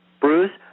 Bruce